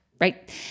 right